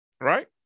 Right